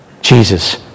Jesus